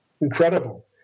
incredible